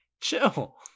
chill